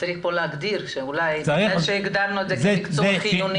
צריך להגדיר כמו שהגדרנו את זה כמקצוע חיוני